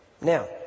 Now